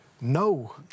no